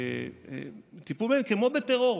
לטיפול בהם כמו בטרור,